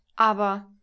aber